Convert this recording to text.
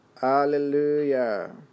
Hallelujah